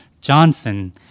Johnson